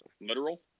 Literal